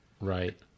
Right